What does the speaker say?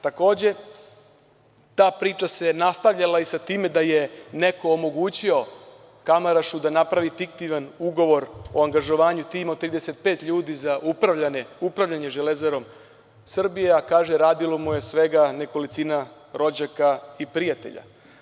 Takođe, ta priča se nastavljala i sa time da je neko omogućio Kamarašu da napravi fiktivan ugovor o angažovanju tima od 35 ljudi za upravljanje „Železarom“ a kaže radilo mu je svega nekolicina rođaka i prijatelja.